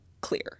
clear